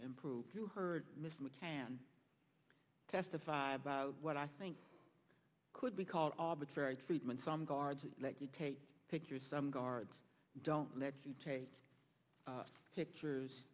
improved you heard mr mccann testify about what i think could be called arbitrary treatment from guards let you take pictures some guards don't let you take pictures